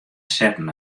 setten